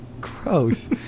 Gross